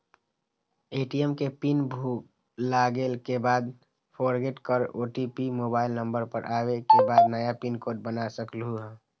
ATM के PIN भुलागेल के बाद फोरगेट कर ओ.टी.पी मोबाइल नंबर पर आवे के बाद नया पिन कोड बना सकलहु ह?